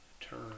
turn